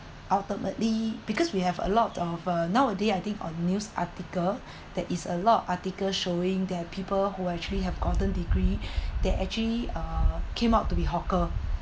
ultimately because we have a lot of uh nowadays I think on news article there is a lot of article showing that people who actually have gotten degree they actually uh came out to be hawker